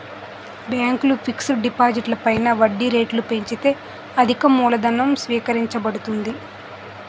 బ్యాంకులు ఫిక్స్ డిపాజిట్లు పైన వడ్డీ రేట్లు పెంచితే అధికమూలధనం సేకరించబడుతుంది